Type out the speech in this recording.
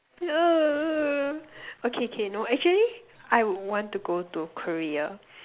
okay K no actually I would want to go to Korea